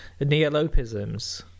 neolopisms